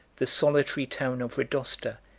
the solitary town of rodosta,